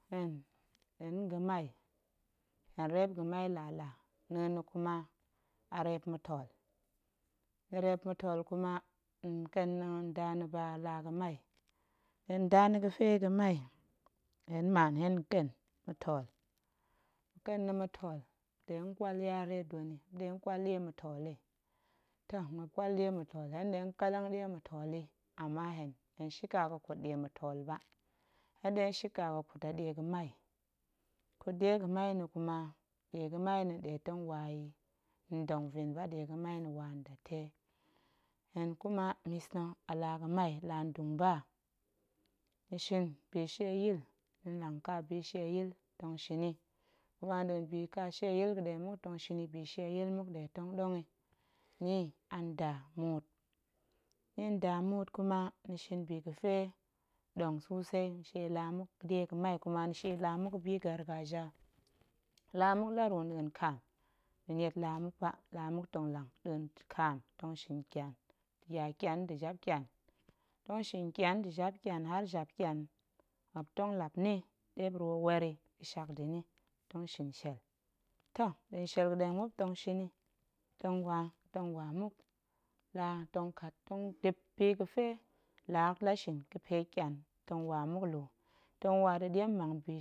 Hen, hen ga̱mai, hen ga̱mai lala, na̱a̱n na̱ kuma a reep ma̱tool, a reep ma̱tool kuma nƙen nda na̱ ba a laa ga̱mai, nda na̱ ga̱fe a ga̱mai, hen mman hen ƙen ma̱tool, ƙen na̱ ma̱tool nɗe ƙwal yare dwen yi, muop nɗe nƙwal ɗie ma̱tool yi, toh muop ƙwal ɗie ma̱tool hen nɗe ƙel ɗie ma̱tool yi, ama hen hen shika ga̱kut ɗie ma̱tool ba, hen nɗe shika ga̱kut a ɗie ga̱mai, kut ɗie ga̱mai na̱ kuma ɗie ga̱mai nɗe tong wa yi ndong vin ba ɗie ga̱mai nɗe tong wa yi ndate, hen kuma mis na̱ a laa ga̱ami laa ndungba, ni shin bishieyil, ni mang ƙa bishieyil tong shin yi, kuma nɗa̱a̱n bishieyil ga̱ɗe muk tong shin yi, bishieyil muk ɗe tong ɗong yi. Ni a nda muut, ni a nda muut kuma ni shin bi ga̱fe ɗong susei, ni shie laa muk ga̱ɗie ga̱mai kuma ni shie laa muk ga̱bi gargaja, laa muk la ruu nɗa̱a̱n kaam ni niet laa muk ba, laa muk tong lang nɗa̱a̱n kaam tong kyan gya kyan nɗa̱a̱n jap kyan, muop shin kyan nda̱ jap kyan har jap kyan muop tong lap ni ɗe muop shin weer yi nda̱ ga̱shak nda̱ ni, muop tong shinshiel, toh nɗa̱a̱n shiel ga̱ɗe muop tong shin yi, tong wa tong wa muk la tong kat dip ga̱pe laa hok shin ga̱fe kyan, tong wa muk nlu tong wada̱ ɗiem mang bi.